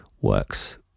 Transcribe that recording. works